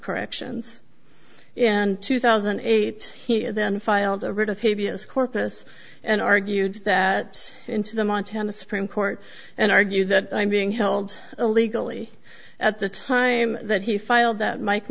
corrections and two thousand and eight dollars than filed a writ of habeas corpus and argued that into the montana supreme court and argue that i'm being held illegally at the time that he filed that mike